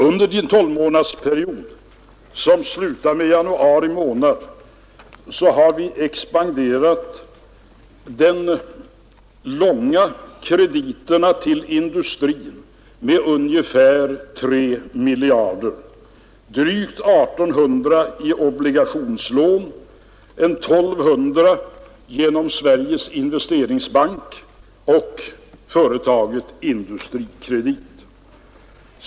Under den tolvmånadersperiod som slutar med januari månad 1972 har de långa krediterna till industrin expanderat med ungefär 3 miljarder, drygt 1 800 miljoner genom obligationslån och ungefär 1200 miljoner genom Sveriges Investeringsbank och företaget Industrikredit.